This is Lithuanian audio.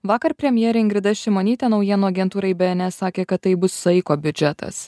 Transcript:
vakar premjerė ingrida šimonytė naujienų agentūrai bns sakė kad tai bus saiko biudžetas